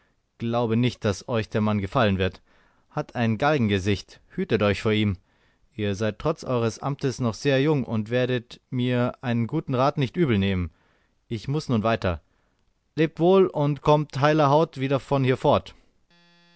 glaube nicht daß euch der mann gefallen wird hat ein galgengesicht hütet euch vor ihm ihr seid trotz eures amtes noch sehr jung und werdet mir einen guten rat nicht übelnehmen ich muß nun weiter lebt wohl und kommt heiler haut wieder von hier fort